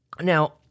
Now